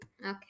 Okay